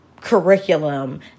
curriculum